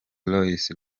royce